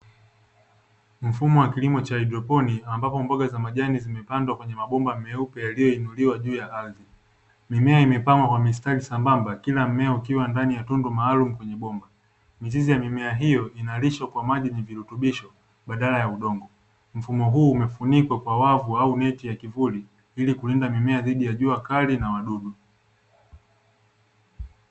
Mfumo wa kilimo cha haidroponi ambapo mboga za majani zimepandwa kwenye mabomba meupe yaliyoinuliwa juu ya ardhi. Mimea imepangwa kwa mistari sambamba kila mmea ukiwa ndani ya tundu maalumu kwenye bomba. Mizizi ya mimea hiyo inalishwa kwa maji yenye virutubisho badala ya udongo. Mfumo huu umefunikwa kwa wavu au neti ya kivuli ili kulinda mimea dhidi ya jua kali na wadudu.